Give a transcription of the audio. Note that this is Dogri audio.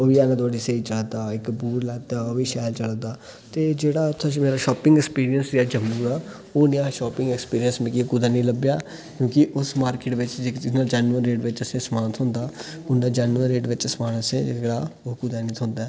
ओह् बी अह्ले धोड़ी स्हेई चला दा इक बूट लैता ओह् बी शैल चला दा ते जेह्ड़ा उत्थें मेरा शॉपिंग ऐक्सपीरियंस ऐ जम्मू दा ओह् नेहा शॉपिंग ऐक्सपीरियंस मिकी कुतें नी लब्भेआ क्योंकि उस मार्किट विच्च जेह्की चीजां जेन्युइन रेट बिच्च असें समान थ्होंदा उं'दा जेन्युइन रेट बिच्च समान असें जेह्ड़ा ओह् कुतें नी थ्होंदा ऐ